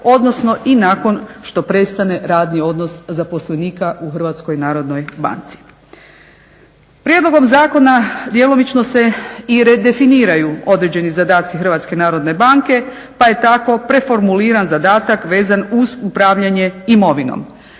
odnosno i nakon što prestane radni odnos zaposlenika u HNB-i. Prijedlogom zakona djelomično se i redefiniraju određeni zadaci HNB-e pa je tako preformuliran zadatak vezan uz upravljanje imovinom,